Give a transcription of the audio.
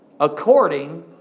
according